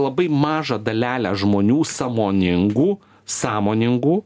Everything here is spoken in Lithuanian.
labai mažą dalelę žmonių sąmoningų sąmoningų